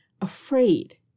afraid